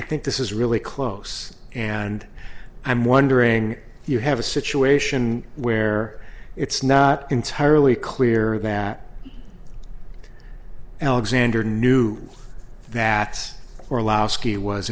i think this is really close and i'm wondering if you have a situation where it's not entirely clear that alexander knew that or allow ski was